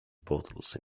bottles